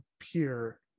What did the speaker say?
appear